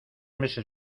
meses